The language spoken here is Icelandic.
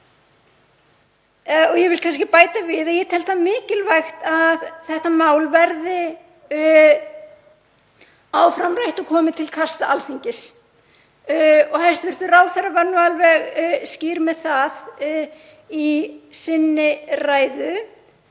Ég vil kannski bæta við að ég tel það mikilvægt að þetta mál verði áfram rætt og komi til kasta Alþingis. Hæstv. ráðherra var nú alveg skýr með það í sinni ræðu